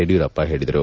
ಯಡಿಯೂರಪ್ಪ ಹೇಳಿದರು